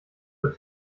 were